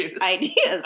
ideas